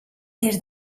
des